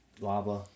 Lava